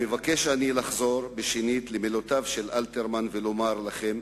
מבקש אני לחזור שנית למילותיו של אלתרמן ולומר לכם,